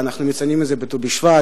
אנחנו מציינים את זה בט"ו בשבט.